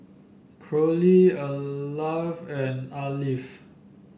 Corrie Alvie and Alfie